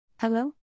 Hello